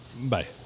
Bye